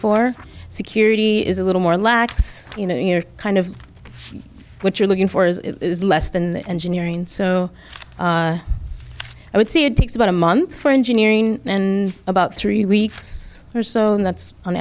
for security is a little more lax you know kind of what you're looking for as it is less than the engineering so i would say it takes about a month for engineering in about three weeks or so and that's on